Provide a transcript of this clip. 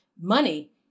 money